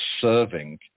serving